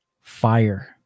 fire